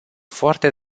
foarte